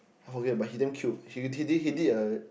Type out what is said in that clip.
I forget but he damn cute he did he did a